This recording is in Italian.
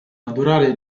naturale